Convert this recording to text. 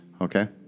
Okay